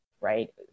right